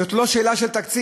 זאת לא שאלה של תקציב,